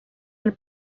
del